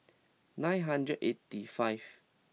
nine hundred eighty five